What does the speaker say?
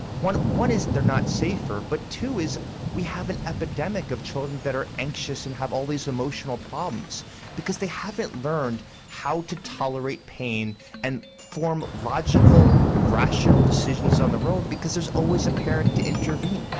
one one is they're not safer but two is we have an epidemic of children who are anxious and have all these emotional problems because they haven't learned how to tolerate pain and form logical, rational decisions on their own because there's always a parent to intervene.